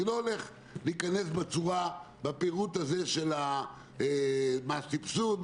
אני לא הולך להיכנס בפירוט הזה של מה הסבסוד,